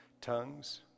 tongues